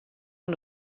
oan